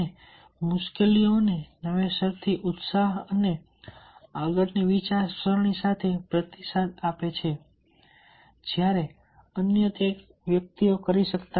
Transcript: અને મુશ્કેલીઓનો નવેસરથી ઉત્સાહ અને આગળની વિચારસરણી સાથે પ્રતિસાદ આપે છે જ્યારે અન્ય તે નથી કરતા